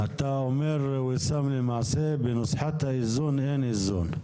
אתה אומר ויסאם למעשה בנוסחת האיזון אין איזון.